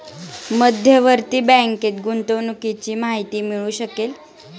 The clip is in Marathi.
मध्यवर्ती बँकेत गुंतवणुकीची माहिती मिळू शकेल